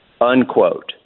unquote